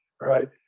right